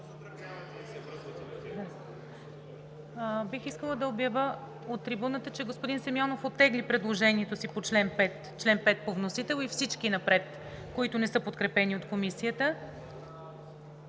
Бих искала да обявя от трибуната, че господин Симеонов оттегли предложението си по чл. 5 по вносител, както и всички напред, които не са подкрепени от Комисията,